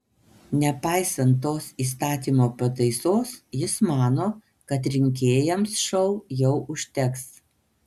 nepaisant tos įstatymo pataisos jis mano kad rinkėjams šou jau užteks